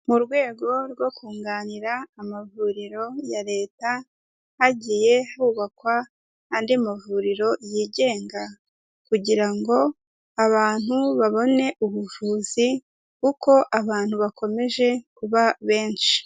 Mu rwego rwo kunganira amavuriro ya Leta, hagiye hubakwa andi mavuriro yigenga kugira ngo abantu babone ubuvuzi kuko abantu bakomeje kuba benshi.